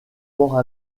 port